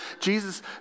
Jesus